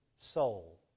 soul